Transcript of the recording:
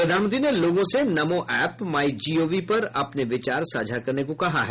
प्रधानमंत्री ने लोगों से नमो ऐप माइ जीओवी पर अपने विचार साझा करने को कहा है